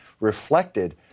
reflected